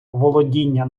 володіння